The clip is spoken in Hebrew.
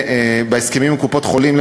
בהסכמים עם קופות-החולים,